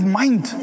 mind